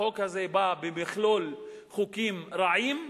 החוק הזה בא במכלול חוקים רעים,